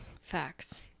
Facts